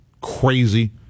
crazy